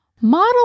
model